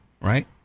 right